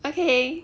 okay